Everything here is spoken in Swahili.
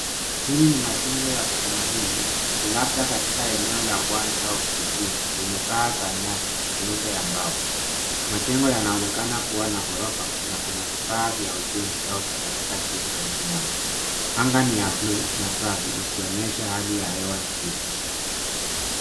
Hili ni machengo ya kitamaduni labda katika eneo la bwani au kijijini yenye paa za nyasi na miundo za mbao machengo yanaonekana kuwa na kurofa na Kuna vifaa vya ujenzi au takataka chini karibu nayo, anga ni ya bulu na safi ikionyesha hali ya hewa mzuri